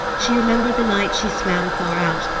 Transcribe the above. she remembered the night she swam far out,